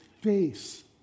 face